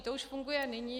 To už funguje nyní.